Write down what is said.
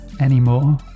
anymore